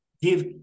give